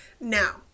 now